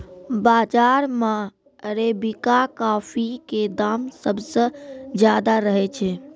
बाजार मॅ arabica coffee के दाम सबसॅ ज्यादा रहै छै